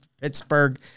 Pittsburgh